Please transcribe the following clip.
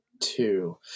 two